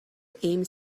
aims